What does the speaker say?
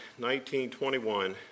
1921